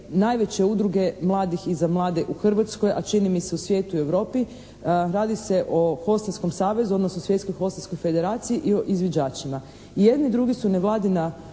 najveće udruge mladih i za mlade u Hrvatskoj a čini mi se u svijetu i u Europi, radi se o hostelskom savezu odnosno Svjetskoj hostelskoj federaciji i o izviđačima. I jedni i drugi su nevladina udruga koja